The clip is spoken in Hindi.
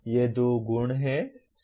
तो ये दो गुण हैं